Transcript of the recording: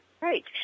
Right